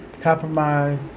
compromise